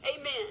Amen